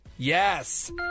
Yes